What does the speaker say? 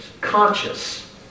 conscious